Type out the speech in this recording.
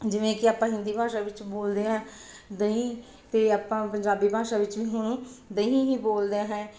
ਜਿਵੇਂ ਕਿ ਆਪਾਂ ਹਿੰਦੀ ਭਾਸ਼ਾ ਵਿੱਚ ਬੋਲਦੇ ਹਾਂ ਦਹੀਂ ਅਤੇ ਆਪਾਂ ਪੰਜਾਬੀ ਭਾਸ਼ਾ ਵਿੱਚ ਵੀ ਹੁਣ ਦਹੀਂ ਹੀ ਬੋਲਦੇ ਹੈ